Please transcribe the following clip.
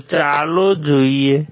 તો ચાલો જોઈએ